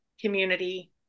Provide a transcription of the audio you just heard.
community